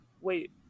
wait